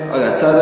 רגע,